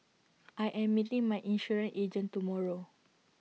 I am meeting my insurance agent tomorrow